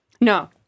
No